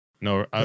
No